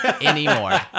anymore